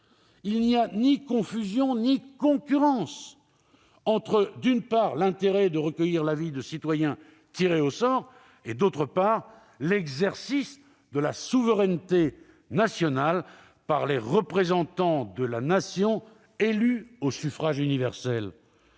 Il n'y a ni confusion ni concurrence entre, d'une part, l'intérêt de recueillir l'avis de citoyens tirés au sort et, d'autre part, l'exercice de la souveraineté nationale par les représentants de la Nation élus au suffrage universel.